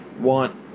want